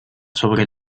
sobre